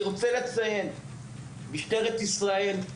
אני רוצה לציין, משטרת ישראל,